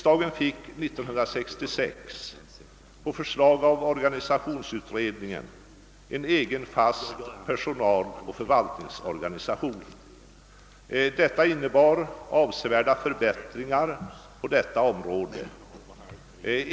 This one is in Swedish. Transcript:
Detta innebar avsevärda förbättringar på området.